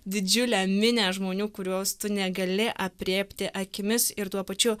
didžiulę minią žmonių kurios tu negali aprėpti akimis ir tuo pačiu